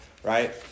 Right